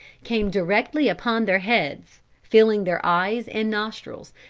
came directly upon their heads, filling their eyes and nostrils,